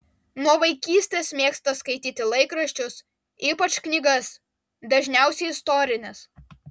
nuo vaikystės mėgsta skaityti laikraščius ypač knygas dažniausiai istorines